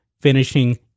finishing